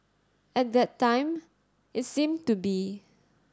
at that time it seemed to be